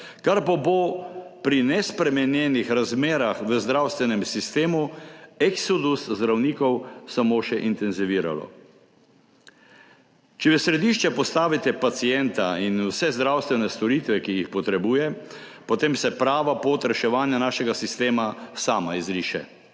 pa bo pri nespremenjenih razmerah v zdravstvenem sistemu eksodus zdravnikov samo še intenziviralo. Če v središče postavite pacienta in vse zdravstvene storitve, ki jih potrebuje, potem se prava pot reševanja našega sistema sama izriše.